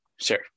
Sure